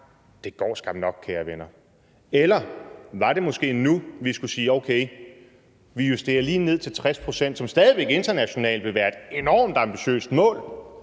det går skam nok, kære venner? Eller var det måske nu, vi skulle sige: Okay, vi justerer lige ned til 60 pct.? Det vil internationalt stadig væk være et enormt ambitiøst mål.